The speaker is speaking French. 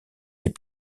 des